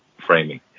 framing